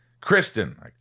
Kristen